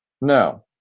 No